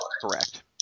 Correct